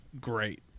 great